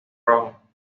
rojo